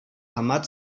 ahmad